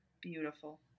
Beautiful